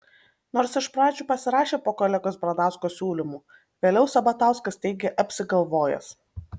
nors iš pradžių pasirašė po kolegos bradausko siūlymu vėliau sabatauskas teigė apsigalvojęs